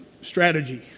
strategy